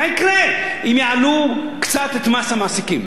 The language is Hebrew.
מה יקרה אם יעלו קצת את מס המעסיקים?